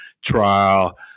trial